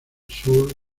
sur